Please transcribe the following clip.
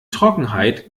trockenheit